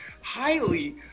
highly